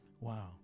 Wow